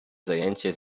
zajęcie